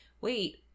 wait